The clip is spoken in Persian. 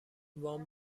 وام